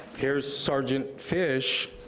here's sergeant fish,